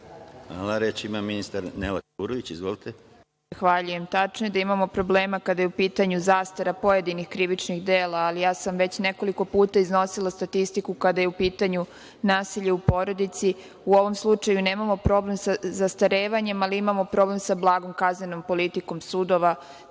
Reč ima ministar Nela Kuburović. Izvolite. **Nela Kuburović** Zahvaljujem. Tačno je da imamo problema kada je u pitanju zastara pojedinih krivičnih dela, ali ja sam već nekoliko puta iznosila statistiku kada je u pitanju nasilje u porodici.U ovom slučaju nemamo problem sa zastarevanjem, ali imamo problem sa blagom kaznenom politikom sudova.